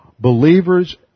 believer's